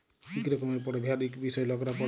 ইক রকমের পড়্হাবার ইক বিষয় লকরা পড়হে